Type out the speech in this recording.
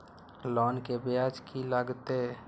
Loan के ब्याज की लागते?